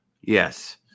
Yes